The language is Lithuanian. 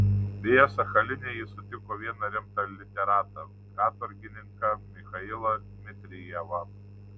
beje sachaline jis sutiko vieną rimtą literatą katorgininką michailą dmitrijevą